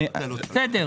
בסדר.